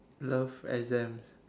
love exams